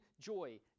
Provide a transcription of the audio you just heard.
joy